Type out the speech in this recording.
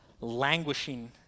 languishing